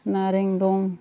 नारें दं